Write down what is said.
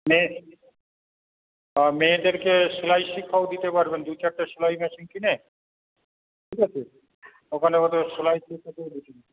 মেয়ে মেয়েদেরকে সেলাই শিক্ষক দিতে পারবেন দু চারটে সেলাই মেশিন কিনে ঠিক আছে ওখানে ওদের সেলাই শেখাতে